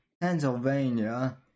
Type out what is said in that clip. Pennsylvania